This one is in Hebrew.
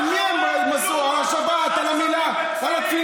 לא שמעתי אותך אומר כלום על הברחת סמים בתפילין.